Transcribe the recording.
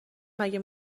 مگه